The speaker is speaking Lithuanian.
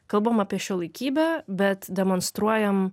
kalbam apie šiuolaikybę bet demonstruojam